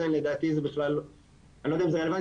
אז אני לא יודע אם זה רלוונטי.